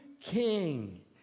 king